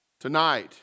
Tonight